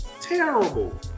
terrible